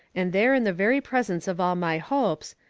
and there in the very presence of all my hopes,